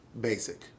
basic